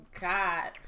God